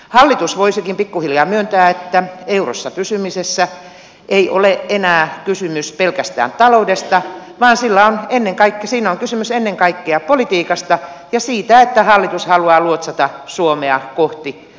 hallitus voisikin pikkuhiljaa myöntää että eurossa pysymisessä ei ole enää kysymys pelkästään taloudesta vaan siinä on kysymys ennen kaikkea politiikasta ja siitä että hallitus haluaa luotsata suomea kohti euroopan liittovaltiota